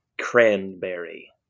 cranberry